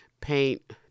paint